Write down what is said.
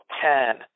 ten